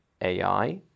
AI